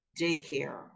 daycare